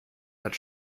hat